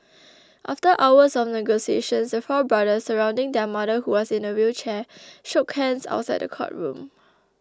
after hours of negotiations the four brothers surrounding their mother who was in a wheelchair shook hands outside the courtroom